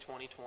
2020